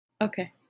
Okay